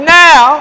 now